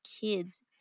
kids